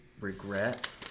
regret